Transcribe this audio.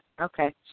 okay